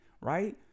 right